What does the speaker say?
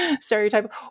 stereotype